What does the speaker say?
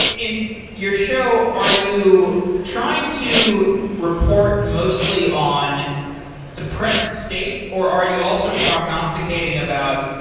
in your show, are you trying to report mostly on the present state or are you also prognosticating about,